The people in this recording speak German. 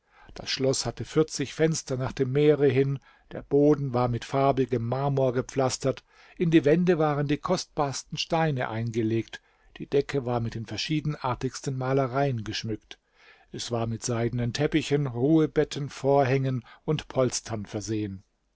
das schloß hatte fenster nach dem meere hin der boden war mit farbigem marmor gepflastert in die wände waren die kostbarsten steine eingelegt die decke war mit den verschiedenartigsten malereien geschmückt es war mit seidenen teppichen ruhebetten vorhängen und polstern versehen